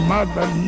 Mother